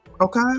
Okay